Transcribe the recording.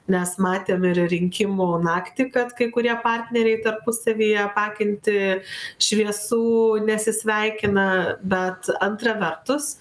nes matėm ir rinkimų naktį kad kai kurie partneriai tarpusavyje apakinti šviesų nesisveikina bet antra vertus